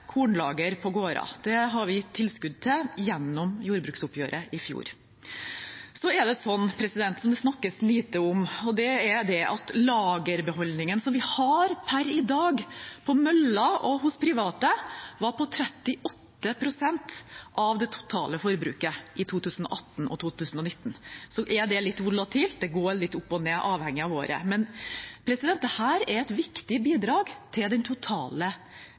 på gårder. Det ga vi tilskudd til gjennom jordbruksoppgjøret i fjor. Så er det slik – men det snakkes lite om det – at lagerbeholdningen vi har per i dag på møller og hos private, var på 38 pst. av det totale forbruket i 2018 og 2019. Det er litt volatilt – det går litt opp og ned avhengig av året – men dette er et viktig bidrag til den totale